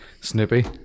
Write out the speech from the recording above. Snippy